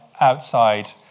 outside